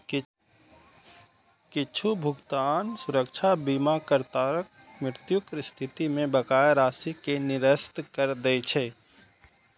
किछु भुगतान सुरक्षा बीमाकर्ताक मृत्युक स्थिति मे बकाया राशि कें निरस्त करै दै छै